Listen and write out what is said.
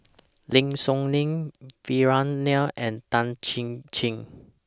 Lim Soo Ngee Vikram Nair and Tan Chin Chin